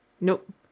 Nope